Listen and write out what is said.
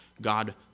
God